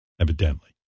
evidently